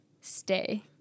stay